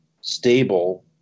stable